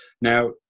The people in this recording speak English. Now